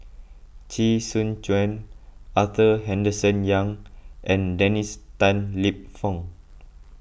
Chee Soon Juan Arthur Henderson Young and Dennis Tan Lip Fong